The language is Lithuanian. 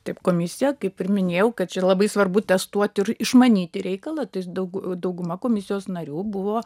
taip komisija kaip ir minėjau kad čia labai svarbu testuot ir išmanyti reikalą tai daugu dauguma komisijos narių buvo